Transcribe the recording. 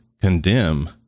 condemn